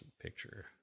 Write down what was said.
picture